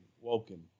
Woken